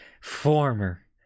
former